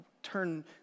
turn